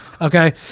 Okay